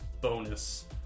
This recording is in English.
bonus